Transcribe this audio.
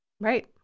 Right